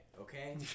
okay